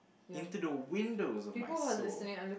into the windows of my soul